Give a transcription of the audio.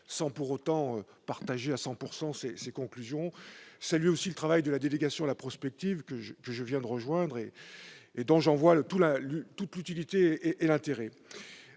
sans pour autant partager à 100 % ses conclusions. Je tiens aussi à saluer le travail de la délégation à la prospective, que je viens de rejoindre, et dont je vois tout l'intérêt et l'utilité.